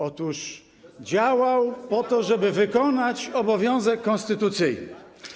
Otóż działał po to, żeby wykonać obowiązek konstytucyjny.